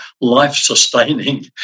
life-sustaining